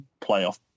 playoff